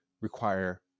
require